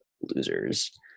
losers